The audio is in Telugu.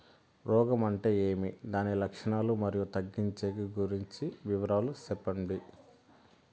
రోగం అంటే ఏమి దాని లక్షణాలు, మరియు తగ్గించేకి గురించి వివరాలు సెప్పండి?